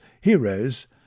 heroes